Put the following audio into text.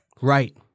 Right